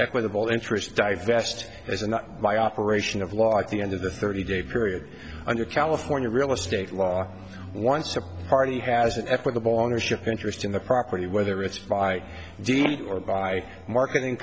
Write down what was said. equitable interest divest as an operation of law at the end of the thirty day period under california real estate law once a party has an equitable ownership interest in the property whether it's by deed or by marketing